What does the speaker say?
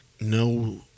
no